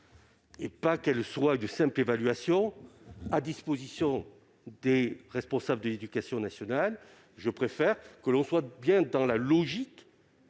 et non de se limiter à une simple évaluation, à disposition des responsables de l'éducation nationale. Je préfère que l'on s'inscrive dans la logique